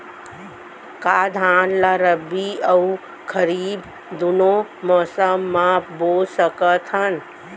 का धान ला रबि अऊ खरीफ दूनो मौसम मा बो सकत हन?